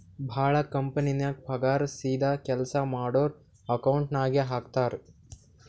ಭಾಳ ಕಂಪನಿನಾಗ್ ಪಗಾರ್ ಸೀದಾ ಕೆಲ್ಸಾ ಮಾಡೋರ್ ಅಕೌಂಟ್ ನಾಗೆ ಹಾಕ್ತಾರ್